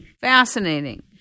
Fascinating